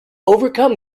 overcome